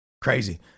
Crazy